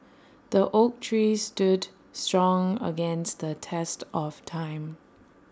the oak tree stood strong against the test of time